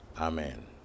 Amen